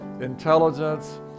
intelligence